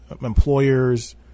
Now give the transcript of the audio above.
employers